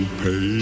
pay